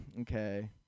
Okay